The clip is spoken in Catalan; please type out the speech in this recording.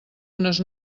unes